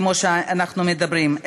כמו שאנחנו מדברים,